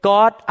God